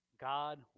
God